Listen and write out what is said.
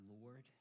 Lord